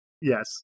Yes